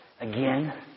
again